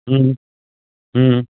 हूं हूं हूं